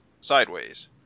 sideways